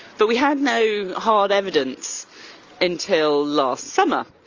but we had no hard evidence until last summer.